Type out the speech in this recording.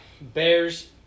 Bears